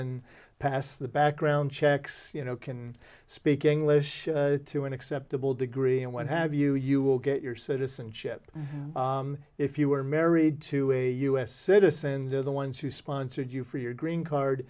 and pass the background checks you know can speak english to an acceptable degree and what have you you will get your citizenship if you are married to a u s citizen they're the ones who sponsored you for your green card